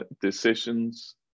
decisions